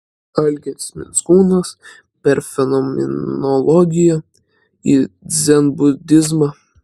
algis mickūnas per fenomenologiją į dzenbudizmą